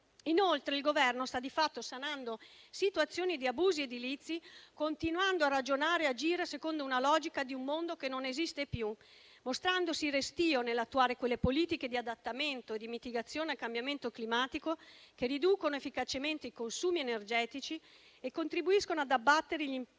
Inoltre, il Governo sta di fatto sanando situazioni di abusi edilizi, continuando a ragionare e ad agire secondo una logica di un mondo che non esiste più, mostrandosi restio nell'attuare quelle politiche di adattamento e di mitigazione del cambiamento climatico, che riducono efficacemente i consumi energetici e contribuiscono ad abbattere gli impatti